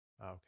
Okay